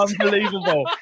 unbelievable